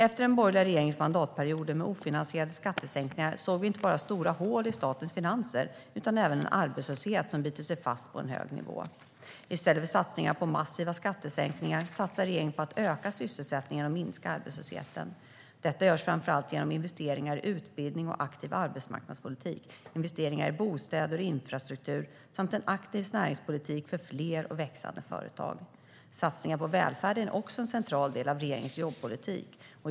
Efter den borgerliga regeringens mandatperioder med ofinansierade skattesänkningar såg vi inte bara stora hål i statens finanser, utan även en arbetslöshet som bitit sig fast på en hög nivå. I stället för satsningar på massiva skattesänkningar satsar regeringen på att öka sysselsättningen och minska arbetslösheten. Detta görs framför allt genom investeringar i utbildning och aktiv arbetsmarknadspolitik, investeringar i bostäder och infrastruktur samt en aktiv näringspolitik för fler och växande företag. Satsningar på välfärden är också en central del i regeringens jobbpolitik.